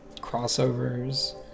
crossovers